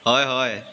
হয় হয়